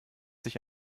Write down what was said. sich